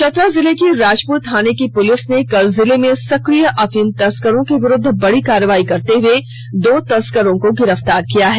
चतरा जिले की राजपुर थाने की पुलिस ने कल जिले में सक्रिय अफीम तस्करों के विरुद्व बड़ी कार्रवाई करते हुए दो तस्करों को गिरफ्तार किया है